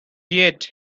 yet